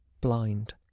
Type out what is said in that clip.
blind